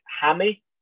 hammy